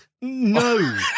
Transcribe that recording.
no